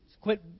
quit